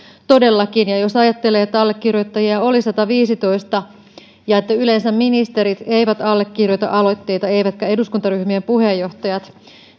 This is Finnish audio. todellakin ja jos ajattelee ja huomioi että allekirjoittajia oli sataviisitoista ja että yleensä ministerit eivät allekirjoita aloitteita eivätkä eduskuntaryhmien puheenjohtajat